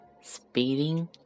Speeding